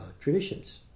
traditions